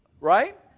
Right